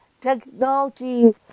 technology